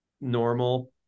normal